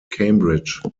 cambridge